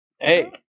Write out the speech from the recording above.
Hey